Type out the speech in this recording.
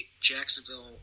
Jacksonville